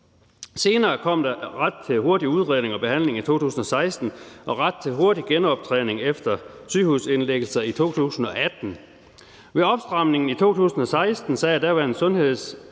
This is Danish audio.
Senere kom der ret til hurtig udredning og behandling i 2016 og ret til hurtig genoptræning efter sygehusindlæggelser i 2018. Med opstramningen i 2016 sagde daværende sundheds-